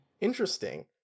interesting